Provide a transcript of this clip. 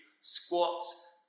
squats